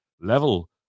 level